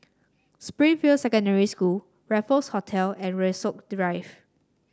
Springfield Secondary School Raffles Hotel and Rasok Drive